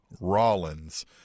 Rollins